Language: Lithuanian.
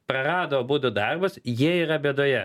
prarado abudu darbus jie yra bėdoje